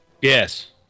yes